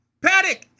Paddock